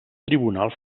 tribunal